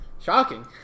shocking